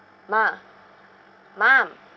ma mom